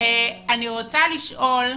--- אני רוצה לשאול,